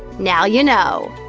now you know.